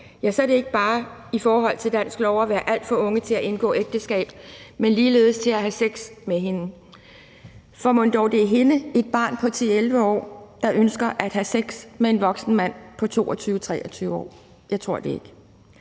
dansk lov ikke bare har været for alt for unge til at indgå ægteskab, men ligeledes alt for unge til at have sex. For mon dog det er hende, et barn på 10-11 år, der ønsker at have sex med en voksen mand på 22-23 år? Jeg tror det ikke.